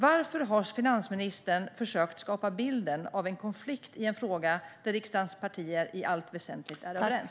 Varför har finansministern försökt skapa bilden av att det finns en konflikt i en fråga där riksdagens partier i allt väsentligt är överens?